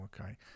okay